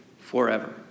forever